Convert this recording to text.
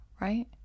right